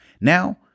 now